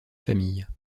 famille